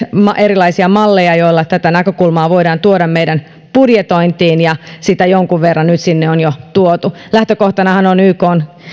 erilaisia malleja joilla tätä näkökulmaa voidaan tuoda meidän budjetointiin ja sitä jonkun verran nyt sinne on jo tuotu lähtökohtanahan on ykn